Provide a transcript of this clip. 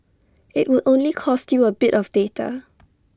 IT would only cost you A bit of data